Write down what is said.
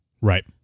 Right